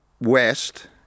west